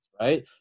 right